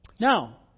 Now